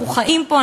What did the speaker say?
אנחנו חיים פה,